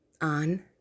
on